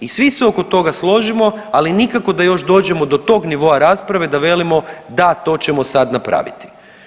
I svi se oko toga složimo, ali nikako da još dođemo do tog nivoa rasprave da velimo da, to ćemo sad napraviti.